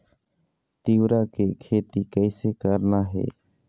तिऊरा के खेती कइसे करना हे?